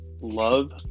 love